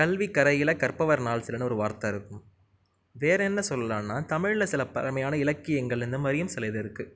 கல்வி கரையில கற்பவர் நால்சிலன்னு ஒரு வார்த்தை இருக்கும் வேற என்ன சொல்லலாம்னா தமிழ்ல சில பழமையான இலக்கியங்கள் இந்த மாதிரியும் சில இது இருக்குது